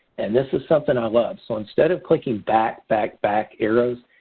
and this is something i love. so instead of clicking back, back, back arrows,